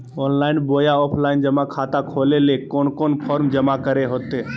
Online बोया offline जमा खाता खोले ले कोन कोन फॉर्म जमा करे होते?